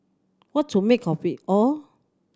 what to make of it all